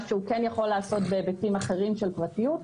שהוא כן יכול לעשות בהיבטים אחרים של פרטיות.